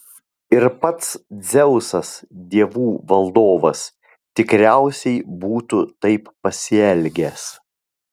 ir pats dzeusas dievų valdovas tikriausiai būtų taip pasielgęs